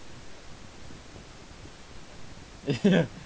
ya